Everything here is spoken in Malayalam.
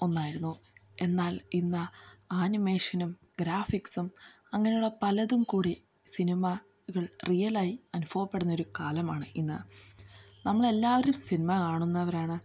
ഒന്നായിരുന്നു എന്നാൽ ഇന്ന് ആനിമേഷനും ഗ്രാഫിക്സും അങ്ങനെയുള്ള പലതും കൂടി സിനിമകൾ റിയലായി അനുഭവപ്പെടുന്ന ഒരു കാലമാണ് ഇന്ന് നമ്മളെല്ലാവരും സിനിമ കാണുന്നവരാണ്